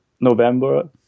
November